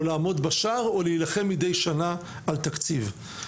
לעמוד בשער או להילחם מדי שנה על תקציב.